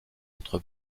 entre